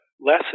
less